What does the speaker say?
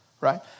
right